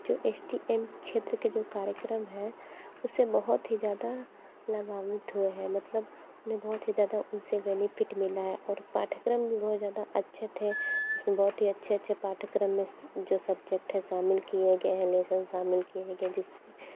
जो S T M क्षेत्र के जो कार्यक्रम हैं उसे बहुत ही ज़्यादा लाभावित हुए हैं मतलब उन्हें बहुत ही ज़्यादा उन से बेनिफिट मिला है और पाठ्यक्रम भी बहुत ज़्यादा अच्छे थे बहुत ही अच्छे अच्छे पाठ्यक्रम में जो सब्जेक्ट हैं शामिल किए गए हैं लेसन शामिल किए हैं जिस से